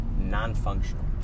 non-functional